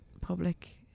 public